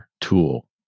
tool